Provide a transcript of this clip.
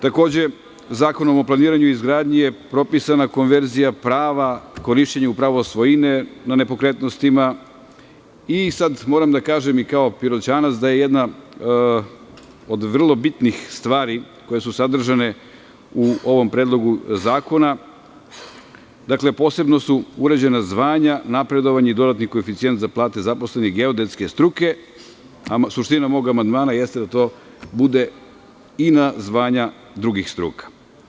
Takođe, Zakonom o planiranju i izgradnji je propisana konverzija prava korišćenja upravo svojine na nepokretnostima i sad moram da kažem i kao Piroćanac, da je jedna od vrlo bitnih stvari koje su sadržane u ovom predlogu zakona, posebno su uređena zvanja, napredovanje i dodatni koeficijent za plate zaposlenih geodetske struke, suština mog amandmana jeste da to bude i na zvanja drugih struka.